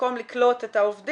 במקום לקלוט את העובדים,